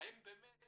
האם באמת